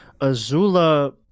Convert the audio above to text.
azula